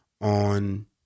on